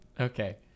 Okay